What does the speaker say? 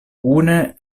kune